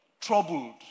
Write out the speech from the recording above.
troubled